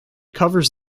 covers